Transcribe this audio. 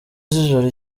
z’ijoro